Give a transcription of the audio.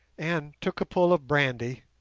and took a pull of brandy,